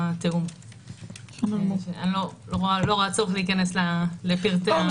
--- אני לא רואה צורך להיכנס לתוך הפרטים.